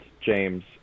James